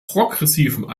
progressiven